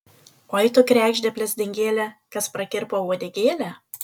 oi tu kregžde blezdingėle kas prakirpo uodegėlę